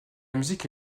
musique